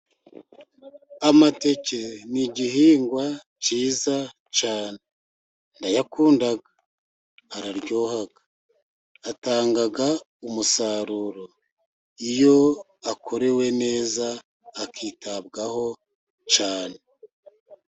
Amateke ni igihingwa cyiza cyane ndayakunda araryoha, atanga umusaruro iyo akorewe neza akitabwaho cyane.